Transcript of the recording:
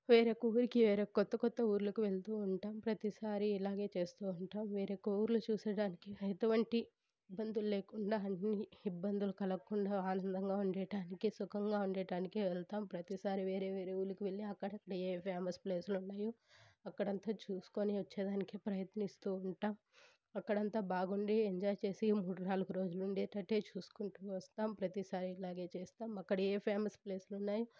వేరే ఊరికి వేరే కొత్త కొత్త ఊళ్ళకు వెళ్తూ ఉంటాం ప్రతిసారి ఇలానే చేస్తూ ఉంటాం వేరే ఊళ్ళు చూసేదానికి ఎటువంటి ఇబ్బందులు లేకుండా అన్నీ ఇబ్బందులు కలగకుండా ఆనందంగా ఉండడానికి సుఖంగా ఉండడానికి వెళ్తాం ప్రతిసారి వేరే వేరే ఊళ్ళకు వెళ్ళి అక్కడ ఏ ఫేమస్ ప్లేసెస్ ఉన్నాయో అక్కడంతా చూసుకొని వచ్చేదానికి ప్రయత్నిస్తూ ఉంటాం అక్కడ అంతా బాగా ఉండి ఎంజాయ్ చేసి మూడు నాలుగు రోజులు ఉండేటట్టు చూసుకుంటు వస్తాం ప్రతిసారి ఇలాగే చేస్తాం అక్కడ ఏ ఫేమస్ ప్లేస్ ఉన్నాయి